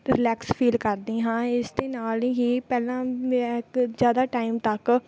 relax feel ਕਰਦੀ ਹਾਂ ਇਸ ਦੇ ਨਾਲ ਹੀ ਪਹਿਲਾਂ ਮੈਂ ਇੱਕ ਜ਼ਿਆਦਾ ਟਾਈਮ ਤੱਕ